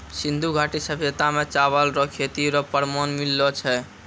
सिन्धु घाटी सभ्यता मे चावल रो खेती रो प्रमाण मिललो छै